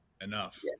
enough